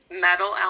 metal